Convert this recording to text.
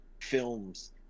films